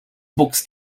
books